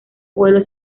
vuelo